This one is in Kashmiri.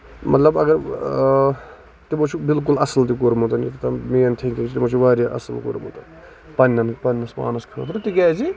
مطلب اَگر تِمو چھُ بِلکُل اَصٕل تہِ کورمُت یوٚتام مین تھِنگ چھِ تِمو چھُ واریاہ اَصٕل کورمُت پَنٕنین پَنٕنِس پانَس خٲطرٕ تِکیازِ